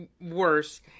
worse